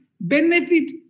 benefit